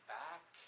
back